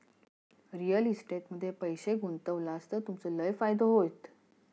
real estate मध्ये पैशे गुंतवलास तर तुमचो लय फायदो होयत